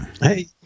Hey